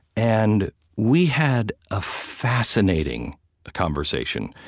and we had a fascinating conversation.